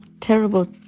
terrible